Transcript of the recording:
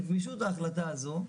גמישות ההחלטה הזו,